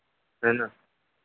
है ना